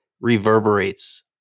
reverberates